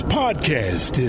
podcast